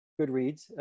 Goodreads